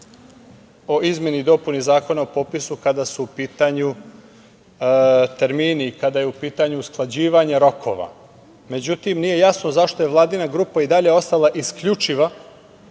o izmeni i dopuni Zakona o popisu kada su u pitanju termini i kada je u pitanju usklađivanje rokova. Međutim, nije jasno zašto je vladina grupa i dalje ostala isključiva